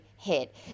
hit